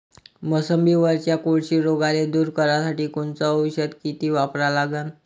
मोसंबीवरच्या कोळशी रोगाले दूर करासाठी कोनचं औषध किती वापरा लागन?